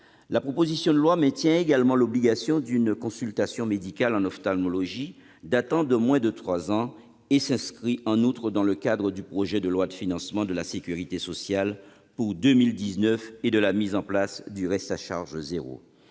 La proposition de loi maintient également l'obligation d'une consultation médicale en ophtalmologie datant de moins de trois ans et s'inscrit, en outre, dans le cadre du projet de loi de financement de la sécurité sociale pour 2019 et de la mise en place du reste à charge zéro.